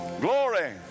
glory